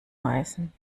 heißen